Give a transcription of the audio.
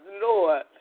Lord